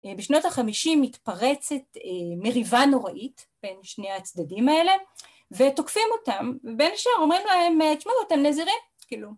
בשנות החמישים מתפרצת מריבה נוראית בין שני הצדדים האלה ותוקפים אותם, בין השאר אומרים להם תשמעו אתם נזירים, כאילו